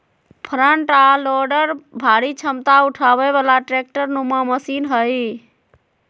front आ loader भारी क्षमता उठाबे बला ट्रैक्टर नुमा मशीन हई